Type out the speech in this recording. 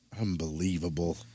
Unbelievable